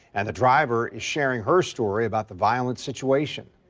and the driver is sharing her story about the violent situation.